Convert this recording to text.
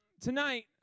tonight